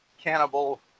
cannibal